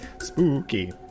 Spooky